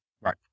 right